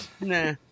Nah